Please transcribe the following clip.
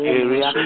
area